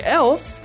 else